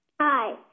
Hi